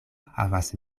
havas